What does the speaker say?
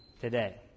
today